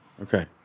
Okay